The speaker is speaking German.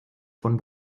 von